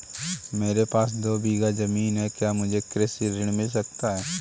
मेरे पास दो बीघा ज़मीन है क्या मुझे कृषि ऋण मिल सकता है?